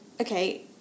Okay